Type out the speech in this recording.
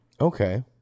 Okay